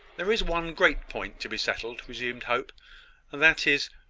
there is one great point to be settled, resumed hope and that is,